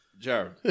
Jared